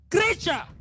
creature